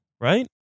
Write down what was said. right